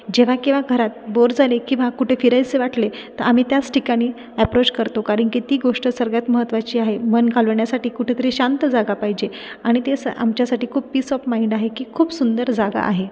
जेव्हा केव्हा घरात बोर झाले किंवा कुठे फिरावेसे वाटले तर आम्ही त्याच ठिकाणी ॲप्रोच करतो कारण की ती गोष्ट सर्वात महत्वाची आहे मन घालवण्यासाठी कुठेतरी शांत जागा पाहिजे आणि तेच आमच्यासाठी खूप पीस ऑफ माईंड आहे की खूप सुंदर जागा आहे